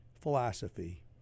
philosophy